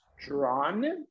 drawn